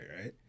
Right